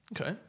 okay